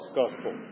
gospel